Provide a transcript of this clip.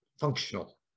functional